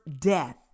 death